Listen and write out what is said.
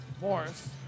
Morris